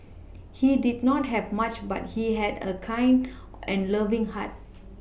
he did not have much but he had a kind and loving heart